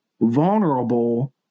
vulnerable